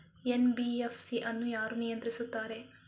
NBFC ಅನ್ನು ಯಾರು ನಿಯಂತ್ರಿಸುತ್ತಾರೆ?